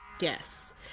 Yes